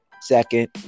second